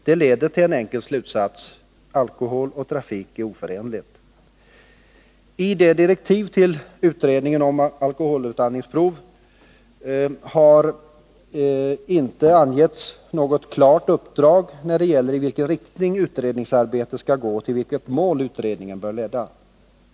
Detta leder till en enkel slutsats: alkohol och trafik är oförenliga. I direktiven till utredningen om alkoholutandningsprov har inte angetts något klart uppdrag när det gäller i vilken riktning utredningsarbetet skall gå och till vilket mål utredningen bör leda.